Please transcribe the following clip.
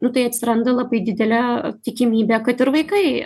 nu tai atsiranda labai didelė tikimybė kad ir vaikai